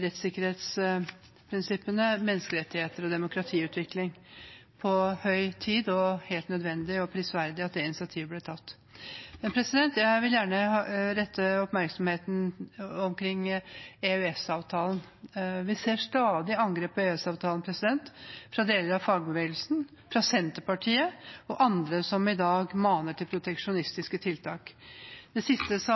rettssikkerhetsprinsippene, menneskerettigheter og demokratiutvikling. Det er på høy tid og helt nødvendig og prisverdig at det initiativet ble tatt. Jeg vil gjerne rette oppmerksomheten mot EØS-avtalen. Vi ser stadig angrep på EØS-avtalen fra deler av fagbevegelsen, fra Senterpartiet og fra andre som i dag maner til proteksjonistiske tiltak. Det siste